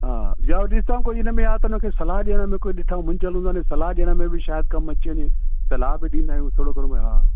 हा या वरी हितां कोई इन में आहे त उन खे सलाहु ॾियण में कोई ॾिठा मुंझियल हूंदा आहिनि सलाहु ॾियण में बि शायदि कमु अची वञे सलाह बि ॾींदा आहियूं